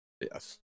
Yes